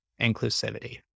inclusivity